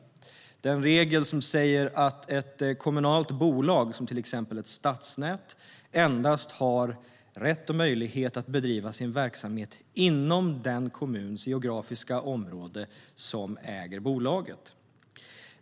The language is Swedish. Det är den regel som säger att kommunalt bolag, till exempel ett stadsnät, endast har rätt och möjlighet att bedriva sin verksamhet inom den kommuns geografiska område som äger bolaget.